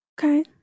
Okay